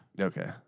Okay